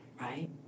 right